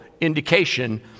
indication